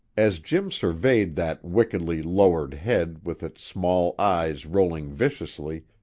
as jim surveyed that wickedly lowered head with its small eyes rolling viciously,